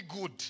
good